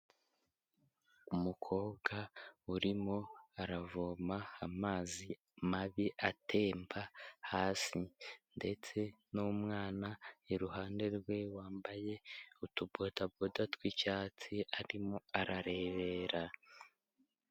Umukobwa urimo aravoma amazi mabi atemba hasi ndetse n'umwana iruhande rwe wambaye utubodaboda tw'icyatsi, arimo ararebera.